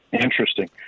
interesting